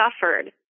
suffered